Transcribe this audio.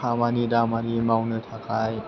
खामानि दामानि मावनो थाखाय